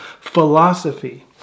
philosophy